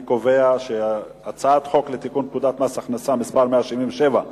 אני קובע שהצעת חוק לתיקון פקודת מס הכנסה (מס' 177),